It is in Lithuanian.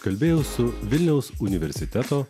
kalbėjau su vilniaus universiteto